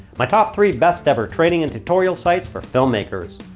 my top three best ever training and tutorial sites for filmmakers.